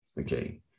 okay